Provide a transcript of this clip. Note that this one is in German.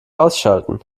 ausschalten